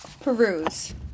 Peruse